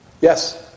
Yes